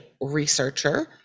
researcher